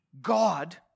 God